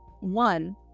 One